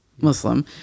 Muslim